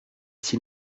s’il